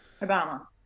Obama